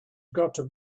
gotta